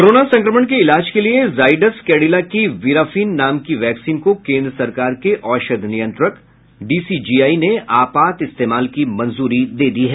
corona संक्रमण के इलाज के लिए जाइडस कैडिला की वीराफिन नाम की वैक्सीन को केन्द्र सरकार के औषध नियंत्रक डीसीजीआई ने आपात इस्तेमाल की मंजूरी दे दी है